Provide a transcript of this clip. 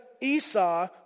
Esau